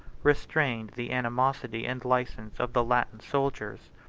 restrained the animosity and license of the latin soldiers.